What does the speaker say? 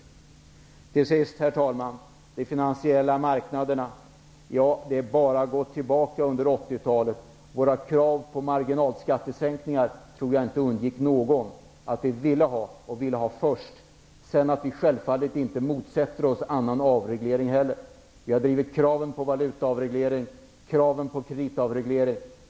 Till sist, herr talman, skall jag säga något om de finansiella marknaderna. Det är bara att gå tillbaka och se hur det var på 80-talet. Jag tror inte att våra krav på marginalskattesänkningar undgick någon, att det var detta som vi ville ha först. Självfallet motsätter vi oss inte heller annan avreglering. Vi har drivit krav på valutaavreglering, krav på kreditavreglering.